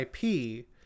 IP